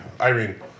Irene